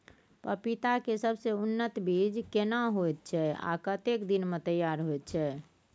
पपीता के सबसे उन्नत बीज केना होयत छै, आ कतेक दिन में तैयार होयत छै?